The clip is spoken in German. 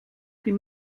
die